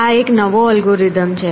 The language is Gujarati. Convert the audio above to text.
આ એક નવો અલ્ગોરિધમ છે